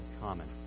common